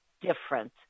different